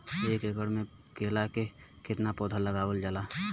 एक एकड़ में केला के कितना पौधा लगावल जाला?